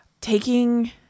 taking